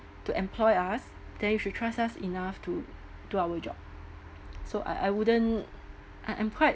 to employ us then you should trust us enough to do our job so I I wouldn't I am quite